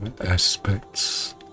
aspects